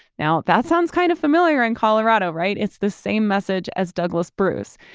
now, that sounds kind of familiar in colorado, right? it's the same message as douglas bruce.